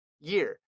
year